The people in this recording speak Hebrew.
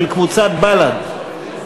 של קבוצת בל"ד.